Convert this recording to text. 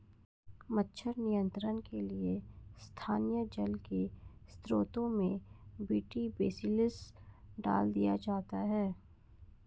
मच्छर नियंत्रण के लिए स्थानीय जल के स्त्रोतों में बी.टी बेसिलस डाल दिया जाता है